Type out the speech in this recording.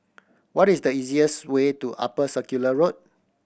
what is the easiest way to Upper Circular Road